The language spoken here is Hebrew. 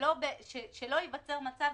שלא ייווצר מצב